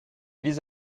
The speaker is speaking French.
vise